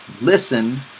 listen